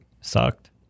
sucked